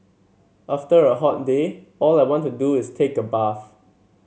after a hot day all I want to do is take a bath